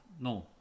No